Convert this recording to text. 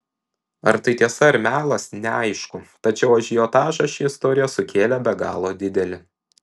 ar tai tiesa ar melas neaišku tačiau ažiotažą ši istorija sukėlė be galo didelį